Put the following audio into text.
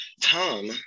Tom